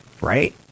Right